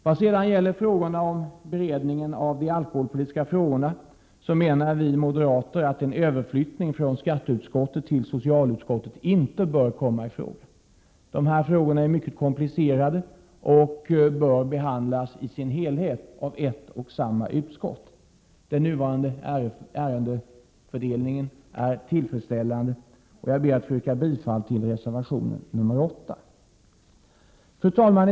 Vad sedan gäller beredningen av de alkoholpolitiska frågorna menar vi moderater att en överflyttning från skatteutskottet till socialutskottet inte bör komma i fråga. De här frågorna är mycket komplicerade och bör behandlas i ett och samma utskott. Den nuvarande ärendefördelningen är tillfredsställande. Jag ber att få yrka bifall till reservation 8. Fru talman!